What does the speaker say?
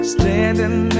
Standing